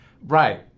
Right